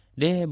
de